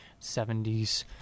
70s